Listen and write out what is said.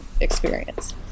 experience